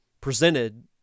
presented